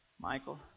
Michael